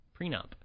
Prenup